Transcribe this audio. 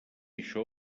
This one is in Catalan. això